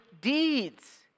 deeds